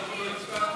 קצרות לא הבטחתי.